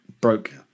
broke